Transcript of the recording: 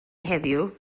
heddiw